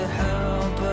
help